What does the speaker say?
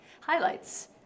highlights